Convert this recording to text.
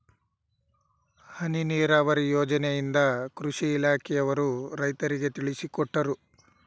ಹನಿ ನೀರಾವರಿ ಯೋಜನೆಯಿಂದ ಕೃಷಿ ಇಲಾಖೆಯವರು ರೈತರಿಗೆ ತಿಳಿಸಿಕೊಟ್ಟರು